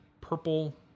purple